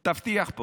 תבטיח פה,